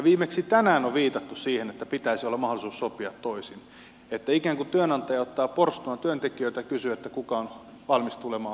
viimeksi tänään on viitattu siihen että pitäisi olla mahdollisuus sopia toisin että ikään kuin työnantaja ottaa porstuaan työntekijöitä kysyy että kuka on valmis tulemaan halvimmalla tekemään